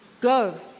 go